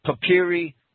papyri